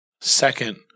second